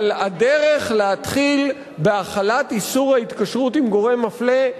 אבל הדרך להתחיל בהחלת איסור ההתקשרות עם גורם מפלה,